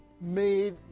made